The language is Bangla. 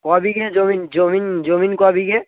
ক বিঘে জমিন জমিন জমিন ক বিঘে